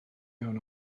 iawn